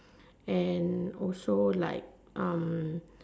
and also like um